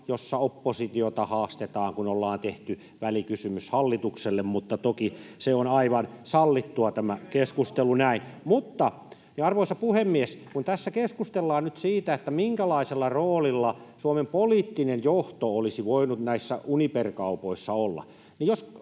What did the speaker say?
jossa oppositiota haastetaan, kun hallitukselle on tehty välikysymys, mutta toki se on aivan sallittua tämä keskustelu näin. Arvoisa puhemies! Kun tässä keskustellaan nyt siitä, minkälaisella roolilla Suomen poliittinen johto olisi voinut näissä Uniper-kaupoissa olla,